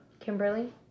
Kimberly